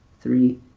three